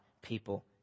people